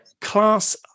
class